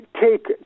take